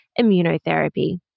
immunotherapy